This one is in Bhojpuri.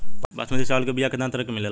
बासमती चावल के बीया केतना तरह के मिलेला?